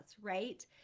right